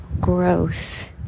growth